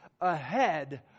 Ahead